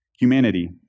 Humanity